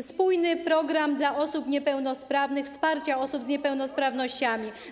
spójny program dla osób niepełnosprawnych, program wsparcia osób z niepełnosprawnościami.